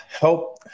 help